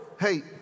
hey